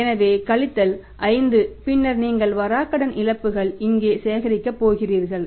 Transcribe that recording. எனவே கழித்தல் 5 பின்னர் நீங்கள் வராக்கடன் இழப்புகளை இங்கே சேர்க்கப் போகிறீர்கள்